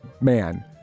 man